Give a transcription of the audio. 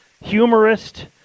humorist